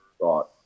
thought